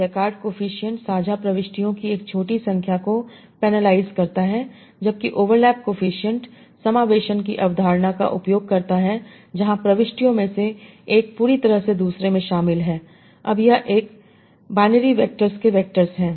Jaccard coefficient साझा प्रविष्टियों की एक छोटी संख्या को पेनलाइज करता है जबकि ओवरलैप कोएफिसिएंट समावेशन की अवधारणा का उपयोग करता है जहां प्रविष्टियों में से एक पूरी तरह से दूसरे में शामिल है अब यह एक संदर्भ समय 16 29 बाइनरी वेक्टर्स के वेक्टर्स हैं